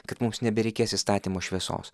kad mums nebereikės įstatymo šviesos